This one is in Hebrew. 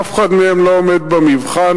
אף אחד מהם לא עומד במבחן.